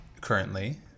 currently